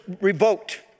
revoked